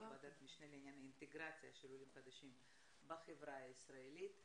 ועדת משנה לעניין אינטגרציה של עולים חדשים בחברה הישראלית.